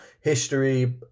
history